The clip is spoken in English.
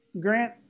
Grant